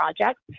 projects